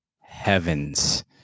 heavens